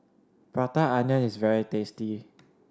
Prata Onion is very tasty